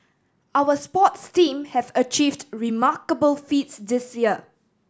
our sports team have achieved remarkable feats this year